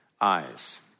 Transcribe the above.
eyes